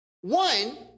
one